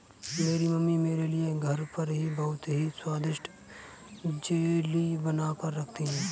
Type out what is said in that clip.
मेरी मम्मी मेरे लिए घर पर ही बहुत ही स्वादिष्ट जेली बनाकर रखती है